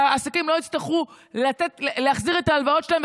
שהעסקים לא יצטרכו להחזיר את ההלוואות שלהם,